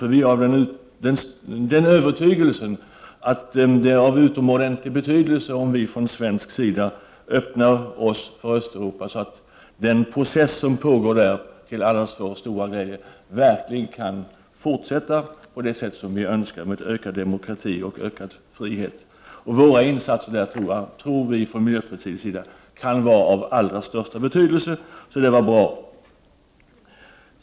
Vi i miljöpartiet är av den övertygelsen att det är av utomordentlig betydelse att vi från svensk sida öppnar oss för Östeuropa, så att den process som pågår där — till allas vår stora glädje — verkligen kan fortsätta på det sätt som vi önskar, med ökad demokrati och ökad frihet. Våra insatser där tror vi från miljöpartiets sida kan vara av allra största betydelse. Så det var bra.